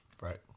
Right